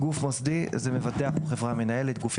"גוף מוסדי" - מבטח או חברה מנהלת; גופים